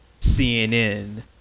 CNN